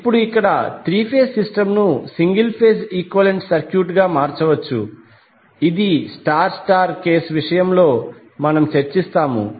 ఇప్పుడు ఇక్కడ three phase system ను సింగిల్ ఫేజ్ ఈక్వలంట్ సర్క్యూట్ లాగా మార్చవచ్చు ఇది స్టార్ స్టార్ కేసు విషయంలో మనం చర్చిస్తాము